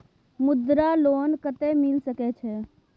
मुद्रा लोन कत्ते मिल सके छै?